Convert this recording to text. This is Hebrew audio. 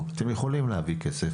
אין סוף לנושא הזה.